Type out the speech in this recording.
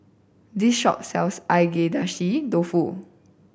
this shop sells Agedashi Dofu